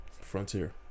Frontier